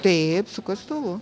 taip su kastuvu